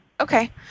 okay